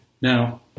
Now